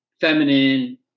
feminine